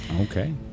Okay